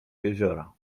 jeziora